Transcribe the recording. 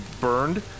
burned